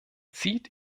zieht